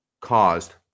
caused